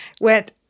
went